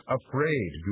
afraid